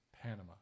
Panama